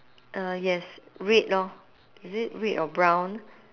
uh yes red lor is it red or brown